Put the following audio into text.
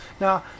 Now